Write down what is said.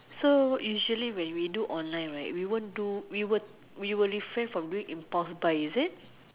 so usually when we do online right we won't do we will we will refrain from doing impulse buy is it